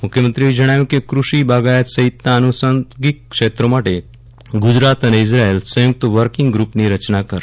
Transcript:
પ્રઘાનમંત્રીએ જણાવ્યું કે ક્રૃષિ બાગાયત સહિતના અનુષાંગિક ક્ષેત્રો માટે ગુજરાત અને ઈઝરાયલ સંયુકત વકિગ ગ્રુંપની રચના કરશે